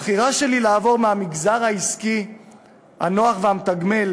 הבחירה שלי לעבור מהמגזר העסקי הנוח והמתגמל